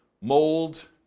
mold